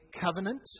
covenant